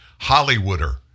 Hollywooder